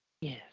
Yes